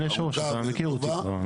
אתה מכיר אותי כבר.